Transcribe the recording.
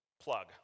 plug